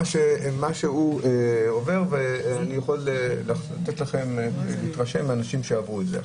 אני יכול לתת לכם להתרשם מאנשים שעברו את זה.